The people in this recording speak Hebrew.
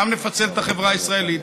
גם נפצל את החברה הישראלית,